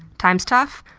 times tough?